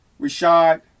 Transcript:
Rashad